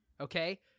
okay